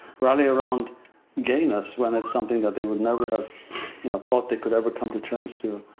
rally around gayness when it's something that they would never have you know thought they could ever come to terms to.